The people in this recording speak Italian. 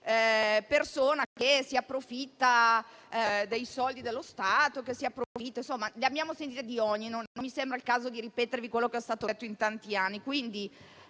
persona che si approfitta dei soldi dello Stato. Ne abbiamo sentite di ogni e non mi sembra il caso di ripetere quello che è stato detto in tanti anni.